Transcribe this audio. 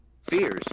fears